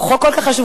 הוא חוק כל כך חשוב,